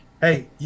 hey